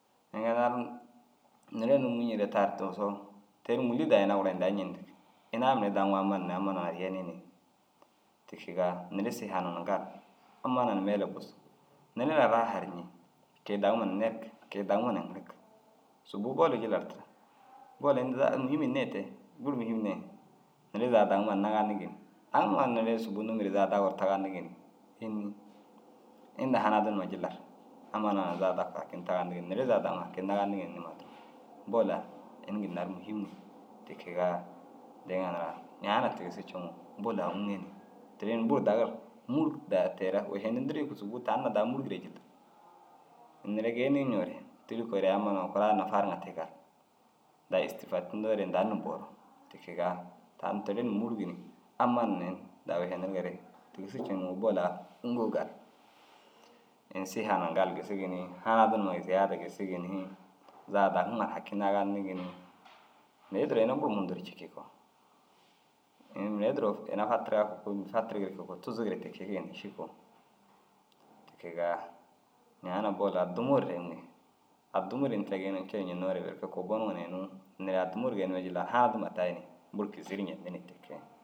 Ina ara unnu teere nûŋii ñire taar tigisoo te ru ŋûlli daa ina gura inda ru ñendigi. Inaa mire daŋoo amman na amma nuwaa ru yenii ni te kegaa neere siha numa gali. Amma numaa na meele ru busug. Neere na raaha ru ñii. Ke- i daguma na nerig ke- i daguma na ŋirig. Subuu boluu jillar tira bol ini duro ai ru muhim hinnei te? Buru muhim nee. Neere zaga daguma ru niganigi ni aŋ numa na sûbuu num ri zaga daguu ru tiganigi ni. Te înni? Inda hanadi numa jillar amma naa na zaga dakuu ru hakindu tigantigi ni neere zaga daguma haki ndiganigi ni nima duro. Bol a ini ginna ru muhim ni te kegaa deeŋa niraa, ñaana tigisu ceŋiroo bol a ûŋe ni teere ni buru dagir. Mûurug daa te raa wošenindirii yikuu subuu tan na daa mûurugire jilla. Ini neere geenii ñoore tîri koore amma na kuraa na fariŋa te gali. Daa stifadindoore indan ni boru ti kegaa taan teere na mûrugi ni amman ni daa wašanigare tigisu ceŋoo bol a ûŋgoo gali. Ini siha numa gali gisigi ni hanadi numa ziyaada fisigi ni zaga daguma ru haki niganigi ni. Mire u duro ini buru mundu cikii koo ini mire u duro ina fatiraa kôoli fatirigire kege koo tuzugire te kege ni ši koo. Te kegaa ñaana bol addimuu ru fiyiŋi. Addimuu ru ini tira geeniŋii ru kee ñennoore berke kubboniŋo na inuu teere addimuu ru geenime jillar hanadima tayi ni buru kizii ru ñentinni ti kee.